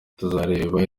tuzareba